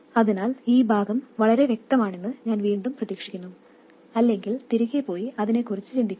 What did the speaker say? അതിനാൽ ഈ ഭാഗം വളരെ വ്യക്തമാണെന്ന് ഞാൻ വീണ്ടും പ്രതീക്ഷിക്കുന്നു അല്ലെങ്കിൽ തിരികെ പോയി അതിനെക്കുറിച്ച് ചിന്തിക്കുക